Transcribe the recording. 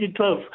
2012